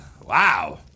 Wow